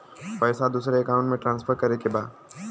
पैसा दूसरे अकाउंट में ट्रांसफर करें के बा?